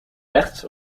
rechts